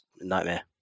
nightmare